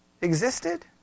existed